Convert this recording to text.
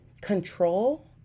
control